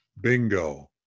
Bingo